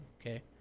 okay